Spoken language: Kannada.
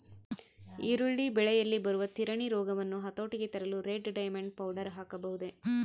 ಈರುಳ್ಳಿ ಬೆಳೆಯಲ್ಲಿ ಬರುವ ತಿರಣಿ ರೋಗವನ್ನು ಹತೋಟಿಗೆ ತರಲು ರೆಡ್ ಡೈಮಂಡ್ ಪೌಡರ್ ಹಾಕಬಹುದೇ?